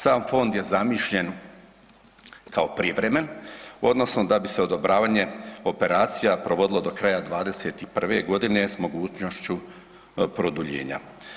Sam fond je zamišljen kao privremen odnosno da bi se odobravanje operacija provodilo do kraja '21. godine s mogućnošću produljenja.